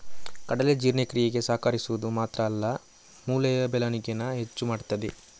ಕಡಲೆ ಜೀರ್ಣಕ್ರಿಯೆಗೆ ಸಹಕರಿಸುದು ಮಾತ್ರ ಅಲ್ಲ ಮೂಳೆಯ ಬೆಳವಣಿಗೇನ ಹೆಚ್ಚು ಮಾಡ್ತದೆ